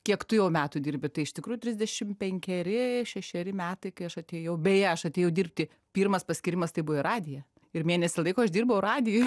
kiek tu jau metų dirbi tai iš tikrųjų trisdešim penkeri šešeri metai kai aš atėjau beje aš atėjau dirbti pirmas paskyrimas tai buvo į radiją ir mėnesį laiko aš dirbau radijuje